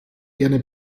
gerne